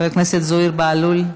חבר הכנסת זוהיר בהלול,